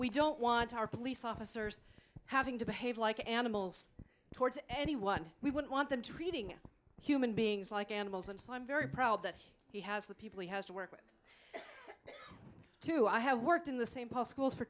we don't want our police officers having to behave like animals towards anyone we would want them treating human beings like animals and so i'm very proud that he has the people he has to work with to i have worked in the st paul schools for